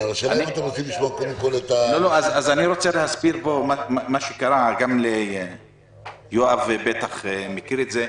אני רוצה להסביר מה שקרה ויואב בטח מכיר את זה.